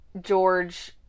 George